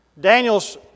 Daniel's